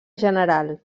general